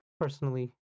personally